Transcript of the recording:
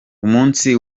umunsi